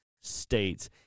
states